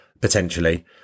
potentially